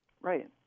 Right